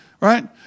Right